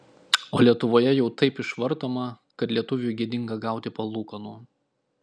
o lietuvoje jau taip išvartoma kad lietuviui gėdinga gauti palūkanų